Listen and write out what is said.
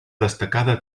destacada